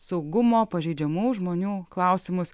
saugumo pažeidžiamų žmonių klausimus